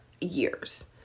years